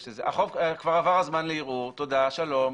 כבר עבר הזמן לערעור, תודה ושלום.